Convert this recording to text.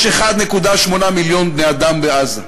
יש 1.8 מיליון בני-אדם בעזה,